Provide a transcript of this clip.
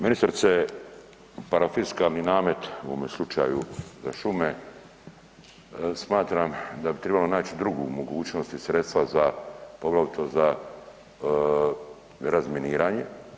Ministrice parafiskalni namet u ovom slučaju za šume smatram da bi tribalo naći drugu mogućnost i sredstva za, poglavito za razminiranje.